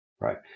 Right